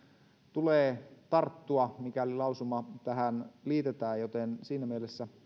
tulee tarttua mikäli lausuma tähän liitetään siinä mielessä